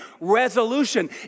resolution